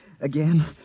Again